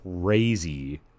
crazy